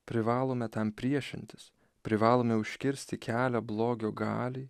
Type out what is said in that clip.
privalome tam priešintis privalome užkirsti kelią blogio galiai